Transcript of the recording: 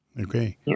Okay